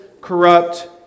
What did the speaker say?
corrupt